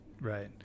right